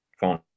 phone